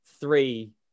three